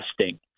testing